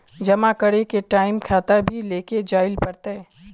जमा करे के टाइम खाता भी लेके जाइल पड़ते?